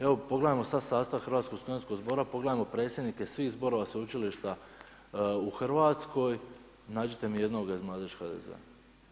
Evo pogledajmo sada sastav Hrvatskog studentskog zbora, pogledajmo predsjednike svih zborova sveučilišta u Hrvatskoj, nađite mi jednoga iz mladeži HDZ-a.